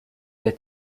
der